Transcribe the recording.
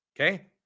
okay